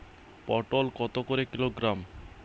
পটল কত করে কিলোগ্রাম?